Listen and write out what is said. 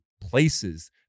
places